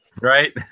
Right